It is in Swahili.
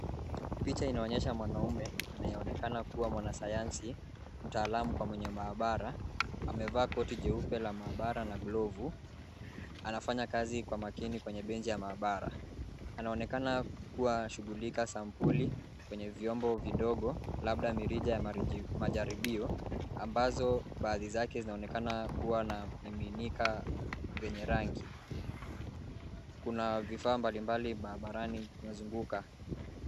Picha inaonyesha mwanaume anayeonekana kuwa mwanasayansi mtaalamu kwa mwenye mahabara. Amevaa koti jeupe la mahabara na glovu anafanya kazi kwa makini kwenye benchi la mahabara, anaonekana akishughulika na sampuli kwenye vyombo vidogo, labda mirija ya majaribio, ambazo baadhi yake vinaonekana kuwa na vimiminika vyenye rangi. Kuna vifaa mbalimbali maabarani vimezunguka.